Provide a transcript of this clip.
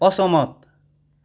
असहमत